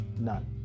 none